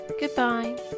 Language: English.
Goodbye